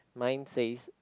mine says